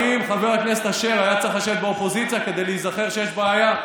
האם חבר הכנסת אשר היה צריך לשבת באופוזיציה כדי להיזכר שיש בעיה?